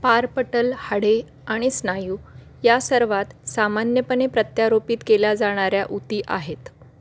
पारपटल हाडे आणि स्नायू या सर्वात सामान्यपणे प्रत्यारोपित केल्या जाणाऱ्या उती आहेत